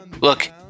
Look